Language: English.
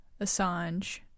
assange